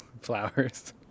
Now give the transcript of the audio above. flowers